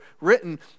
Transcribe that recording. written